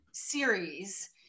series